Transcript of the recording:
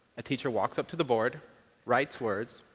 a teacher walks up to the board writes words,